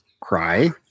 Cry